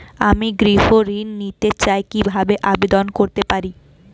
আমি গৃহ ঋণ নিতে চাই কিভাবে আবেদন করতে পারি?